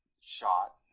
shot